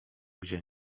gdzie